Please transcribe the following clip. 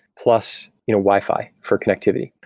plus you know wi-fi for connectivity.